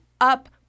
up